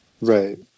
Right